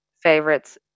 favorites